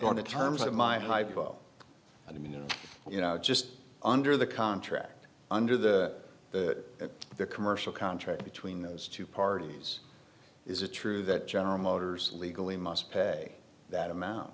on the terms of my hypo i mean you know just under the contract under the commercial contract between those two parties is it true that general motors legally must pay that amount